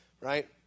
right